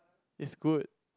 it's good